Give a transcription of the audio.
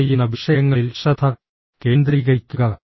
ചർച്ച ചെയ്യുന്ന വിഷയങ്ങളിൽ ശ്രദ്ധ കേന്ദ്രീകരിക്കുക